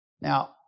Now